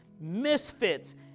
misfits